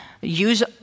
Use